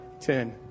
ten